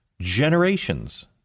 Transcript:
generations